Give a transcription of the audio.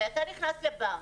אתה נכנס לבנק,